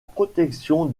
protection